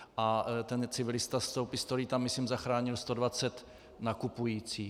A ten civilista s pistolí tam myslím zachránil 120 nakupujících.